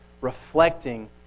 reflecting